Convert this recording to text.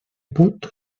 put